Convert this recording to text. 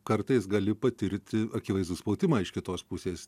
kartais gali patirti akivaizdų spaudimą iš kitos pusės